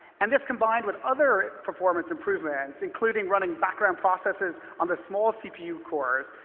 and this, combined with other performance improvements, including running background processes on the small cpu cores,